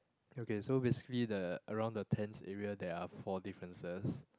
okay so basically the around the tents area there are four differences